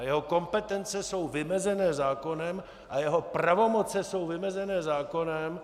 Jeho kompetence jsou vymezené zákonem a jeho pravomoci jsou vymezené zákonem.